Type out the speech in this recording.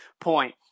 point